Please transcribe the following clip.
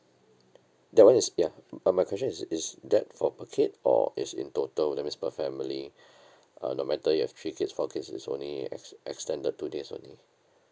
that one is ya uh my question is is that for per kid or it's in total that means per family uh no matter you have three kids four kids it's only ex~ extended two days only